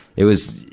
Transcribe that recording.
it was,